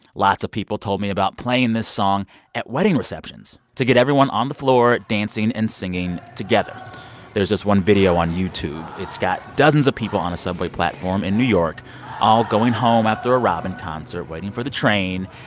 lots of people told me about playing this song at wedding receptions to get everyone on the floor dancing and singing together there's this one video on youtube. it's got dozens of people on a subway platform in new york all going home after a robyn concert, waiting for the train.